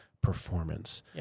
performance